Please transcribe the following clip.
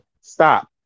stop